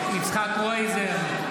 קרויזר,